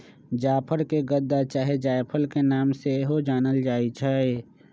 जाफर के गदा चाहे जायफल के नाम से सेहो जानल जाइ छइ